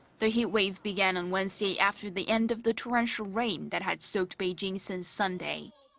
the heatwave began on wednesday after the end of the torrential rain that had soaked beijing since sunday.